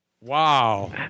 Wow